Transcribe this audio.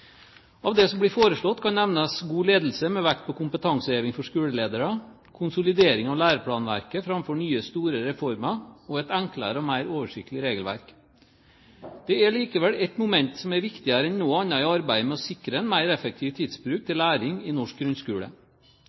Av det som blir foreslått, kan nevnes god ledelse med vekt på kompetanseheving for skoleledere, konsolidering av læreplanverket framfor nye, store reformer, og et enklere og mer oversiktlig regelverk. Det er likevel ett moment som er viktigere enn noe annet i arbeidet med å sikre en mer effektiv tidsbruk til læring i norsk grunnskole: